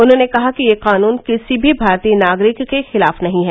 उन्होंने कहा कि यह कानून किसी भी भारतीय नागरिक के खिलाफ नहीं है